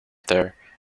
there